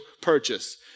purchase